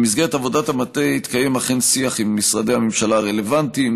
במסגרת עבודת המטה התקיים אכן שיח עם משרדי הממשלה הרלוונטיים,